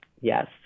Yes